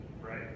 Right